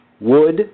wood